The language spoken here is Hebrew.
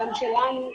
גם שלנו.